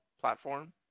platform